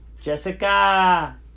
Jessica